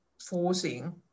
forcing